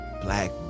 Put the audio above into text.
black